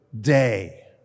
day